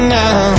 now